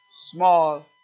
Small